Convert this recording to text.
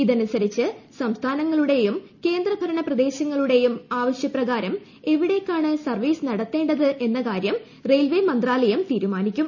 ഇതനുസരിച്ച് സംസ്ഥാനങ്ങളുടെയും കേന്ദ്ര ഭരണ പ്രദേശങ്ങളുടെയും ആവശ്യപ്രകാരം എവിടേക്കാണ് സർവ്വീസ് നടത്തേണ്ടതെന്ന് റെയിൽവെ മന്ത്രാലയം തീരുമാനിക്കും